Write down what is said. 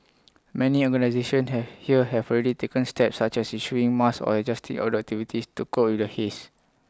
many organisations here here have already taken steps such as issuing masks or adjusting outdoor activities to cope with the haze